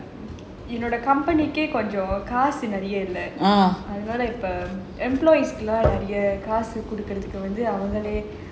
என்னோட:ennoda company கொஞ்சம் காசு நிறையா இல்ல அதுனால இப்ப எல்லா நிறையா காசு குடுக்கறதுக்கு வந்து அவங்களே:konjam kaasu niraiyaa illa athunaala ippa ella niraiyaa kaasu kudukarathuku vanthu avangale